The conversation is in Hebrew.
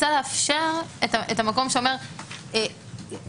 רוצה לאפשר את המקום שאומר --- לא,